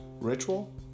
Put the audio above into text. Ritual